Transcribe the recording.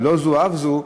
ולא זו אף זו,